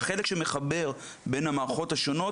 החלק שמחבר בין המערכות השונות,